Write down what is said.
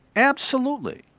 absolutely.